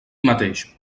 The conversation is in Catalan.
mateix